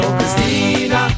Christina